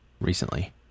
recently